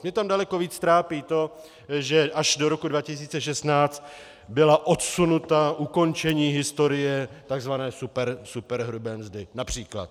Mě tam daleko víc trápí to, že až do roku 2016 bylo odsunuto ukončení historie tzv. superhrubé mzdy například.